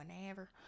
whenever